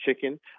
chicken